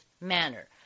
manner